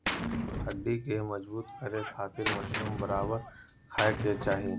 हड्डी के मजबूत करे खातिर मशरूम बराबर खाये के चाही